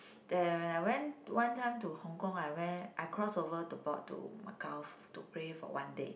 there when I went one time to Hong-Kong I went I cross over the board to Macau to play for one day